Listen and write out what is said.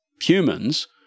humans